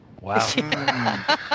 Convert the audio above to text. Wow